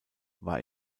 war